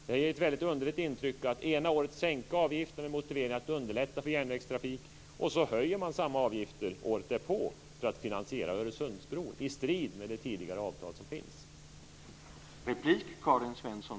Det ger ett underligt intryck att ena året sänka avgifter med motiveringen att underlätta för järnvägstrafiken och året därpå höja samma avgifter för att finansiera Öresundsbron, i strid med tidigare träffat avtal.